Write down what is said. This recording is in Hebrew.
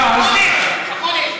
אקוניס, אקוניס.